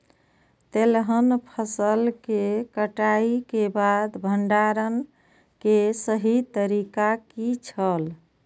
तेलहन फसल के कटाई के बाद भंडारण के सही तरीका की छल?